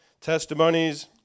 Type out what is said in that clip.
Testimonies